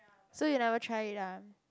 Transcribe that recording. so you never try it ah